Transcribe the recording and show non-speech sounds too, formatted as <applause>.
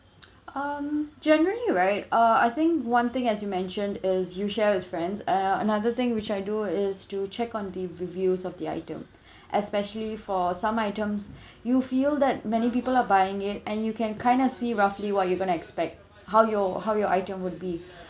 <noise> um generally right uh I think one thing as you mentioned is you share with friends uh another thing which I do is to check on the reviews of the item <breath> especially for some items <breath> you feel that many people are buying it and you can kind of see roughly what you going to expect how your how your item would be <breath>